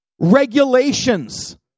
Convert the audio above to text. regulations